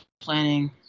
planning